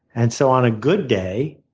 and so on a good day,